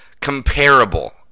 comparable